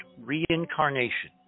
reincarnation